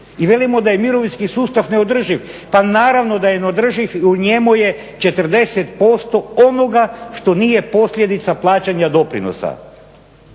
i velimo da je mirovinski sustav neodrživ, pa naravno da je neodrživ, u njemu je 40% onoga što nije posljedica plaćanja doprinosa